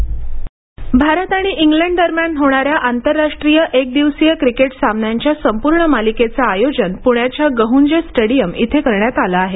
cricket Bharat आणि England दरम्यान होणाऱ्या आंतरराष्ट्रीय एकदिवसीय क्रिकेट सामान्यांच्या संपूर्ण मालिकेचे आयोजन पूण्याच्या गहूंजे स्टेडीयम इथे करण्यात आलं आहे